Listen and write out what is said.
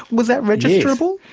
was that registerable?